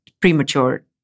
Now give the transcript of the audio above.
premature